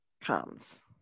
comes